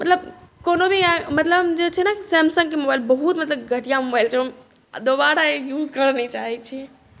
मतलब कोनो भी मतलब कोनो जे छै ने सैमसंगके मोबाइल बहुत मतलब घटिआ मोबाइल छै हम दोबारा यूज करऽ नहि चाहै छी